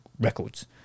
records